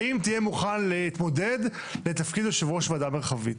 האם תהיה מוכן להתמודד לתפקיד יושב ראש ועדה מרחבית,